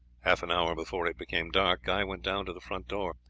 half an hour before it became dark, guy went down to the front door.